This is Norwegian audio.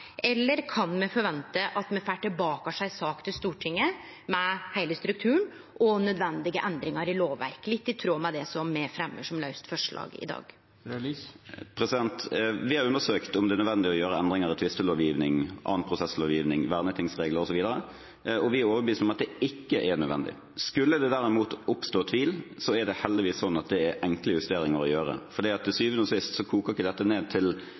eller kan me forvente å få tilbake ei sak for Stortinget med heile strukturen og nødvendige endringar i lovverk – litt i tråd med det me fremjar som laust forslag i dag? Vi har undersøkt om det er nødvendig å gjøre endringer i tvistelovgivningen, annen prosesslovgivning, vernetingsregler osv., og vi er overbevist om at det ikke er nødvendig. Skulle det derimot oppstå tvil, er det heldigvis sånn at det er enkle justeringer å gjøre. Til syvende og sist koker ikke dette ned til